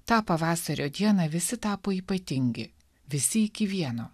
tą pavasario dieną visi tapo ypatingi visi iki vieno